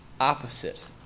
opposite